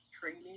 training